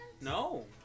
No